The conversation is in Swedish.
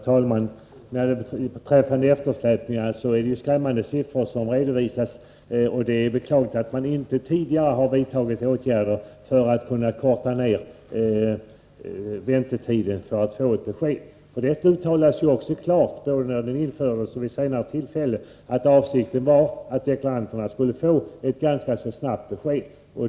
Herr talman! Beträffande eftersläpningarna är det skrämmande siffror som redovisas. Det är beklagligt att man inte tidigare har vidtagit åtgärder för att kunna korta ner väntetiden för besked. När förhandsbeskedet infördes, och även vid senare tillfälle, uttalades det klart att avsikten var att deklaranterna skulle få ett snabbt besked.